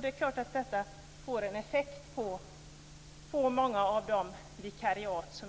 Det är klart att detta får en effekt när det gäller många vikariat